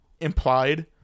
implied